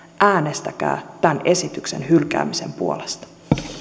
äänestäkää tämän esityksen hylkäämisen puolesta